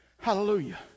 Hallelujah